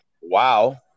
wow